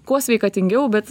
kuo sveikatingiau bet